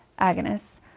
agonists